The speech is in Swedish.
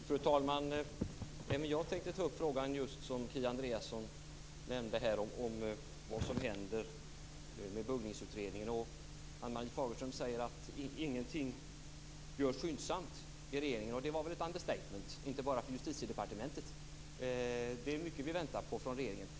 Fru talman! Jag hade tänkt ta upp just den fråga som Kia Andreasson tog upp här, nämligen vad som händer med Buggningsutredningen. Ann-Marie Fagerström säger att ingenting görs skyndsamt i regeringen. Det var väl ett understatement, och då inte bara för Justitiedepartementet. Det är mycket vi väntar på från regeringen.